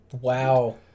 Wow